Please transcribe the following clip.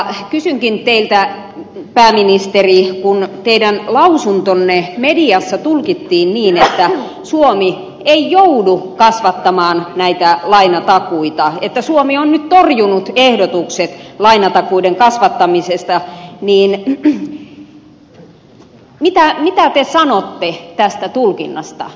kysynkin teiltä pääministeri kun teidän lausuntonne mediassa tulkittiin niin että suomi ei joudu kasvattamaan näitä lainatakuita että suomi on nyt torjunut ehdotukset lainatakuiden kasvattamisesta mitä te sanotte tästä tulkinnasta